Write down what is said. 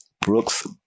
Brooks